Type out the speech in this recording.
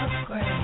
upgrade